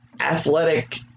athletic